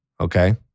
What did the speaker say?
Okay